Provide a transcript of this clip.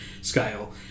scale